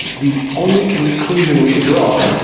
the only conclusion we could draw,